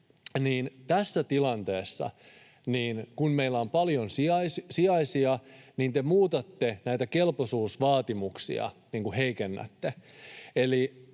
Tässä tilanteessa, kun meillä on paljon sijaisia, te muutatte näitä kelpoisuusvaatimuksia, heikennätte.